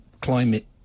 climate